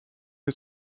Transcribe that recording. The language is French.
que